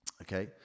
Okay